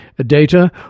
Data